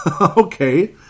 Okay